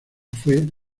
fue